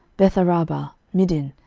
betharabah, middin,